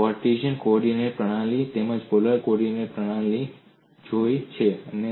આપણે Cartesian coordinate પ્રણાલી તેમજ પોલાર કોઓર્ડિનેટ પ્રણાલી જોઈ છે